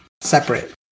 separate